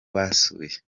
basuye